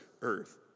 earth